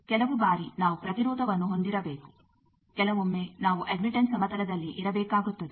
ಕೆಲವು ಬಾರಿ ನಾವು ಪ್ರತಿರೋಧವನ್ನು ಹೊಂದಿರಬೇಕು ಕೆಲವೊಮ್ಮೆ ನಾವು ಅಡ್ಮಿಟ್ಟನ್ಸ್ ಸಮತಲದಲ್ಲಿ ಇರಬೇಕಾಗುತ್ತದೆ